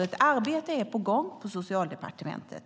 Ett arbete är alltså på gång på Socialdepartementet.